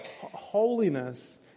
Holiness